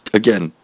again